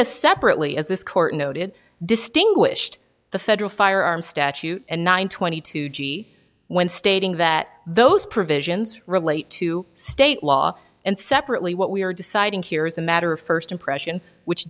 separately as this court noted distinguished the federal firearms statute and nine twenty two g when stating that those provisions relate to state law and separately what we are deciding here is a matter of first impression which